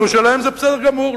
ירושלים זה בסדר גמור,